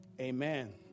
Amen